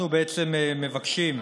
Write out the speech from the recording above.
אנחנו בעצם מבקשים להביא,